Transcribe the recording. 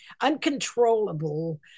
uncontrollable